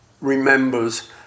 remembers